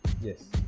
Yes